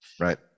Right